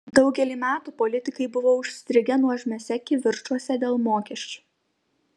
daugelį metų politikai buvo užstrigę nuožmiuose kivirčuose dėl mokesčių